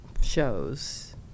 shows